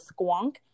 squonk